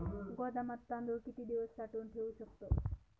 गोदामात तांदूळ किती दिवस साठवून ठेवू शकतो?